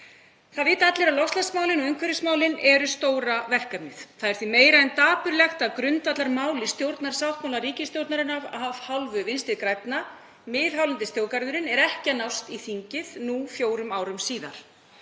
Það vita allir að loftslagsmálin og umhverfismálin eru stóra verkefnið. Það er því meira en dapurlegt að grundvallarmál í stjórnarsáttmála ríkisstjórnarinnar af hálfu Vinstri grænna, miðhálendisþjóðgarðurinn, mun ekki nást í gegnum þingið nú fjórum árum síðar.